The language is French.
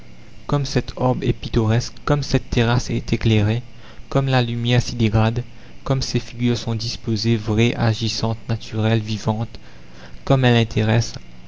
comme cet arbre est pittoresque comme cette terrasse est éclairée comme la lumière s'y dégrade comme ces figures sont disposées vraies agissantes naturelles vivantes comme elles intéressent